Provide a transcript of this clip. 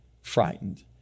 frightened